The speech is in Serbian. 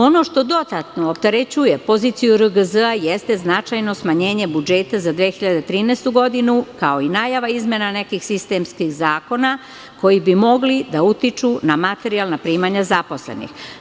Ono što dodatno opterećuje poziciju RGZ jeste značajno smanjenje budžeta za 2013. godinu, kao i najava izmena nekih sistemskih zakona, koji bi mogli da utiču na materijalna primanja zaposlenih.